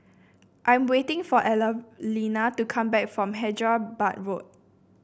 I'm waiting for Evalena to come back from Hyderabad Road